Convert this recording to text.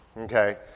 okay